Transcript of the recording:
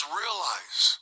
realize